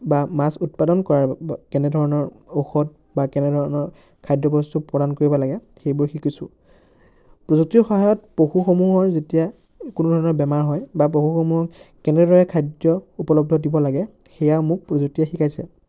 বা মাছ উৎপাদন কৰাৰ কেনেধৰণৰ ঔষধ বা কেনেধৰণৰ খাদ্যবস্তু প্ৰদান কৰিব লাগে সেইবোৰ শিকিছোঁ প্ৰযুক্তিৰ সহায়ত পশুসমূহৰ যেতিয়া কোনো ধৰণৰ বেমাৰ হয় বা পশুসমূহক কেনেদৰে খাদ্য উপলব্ধ দিব লাগে সেইয়া মোক প্ৰযুক্তিয়ে শিকাইছে